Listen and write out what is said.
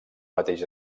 mateix